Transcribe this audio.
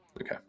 Okay